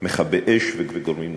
מכבי אש וגורמים נוספים.